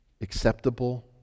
Acceptable